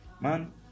man